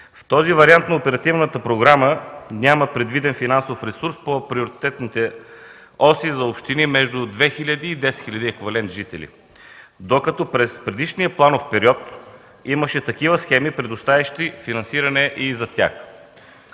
В този вариант на оперативната програма няма предвиден финансов ресурс по приоритетните оси за общини между 2000 и 10 000 еквивалент жители, докато през предишния планов период имаше такива схеми, предоставящи финансиране и за тях.